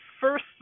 first